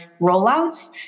rollouts